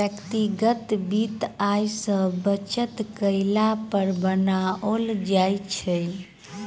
व्यक्तिगत वित्त आय सॅ बचत कयला पर बनाओल जाइत छै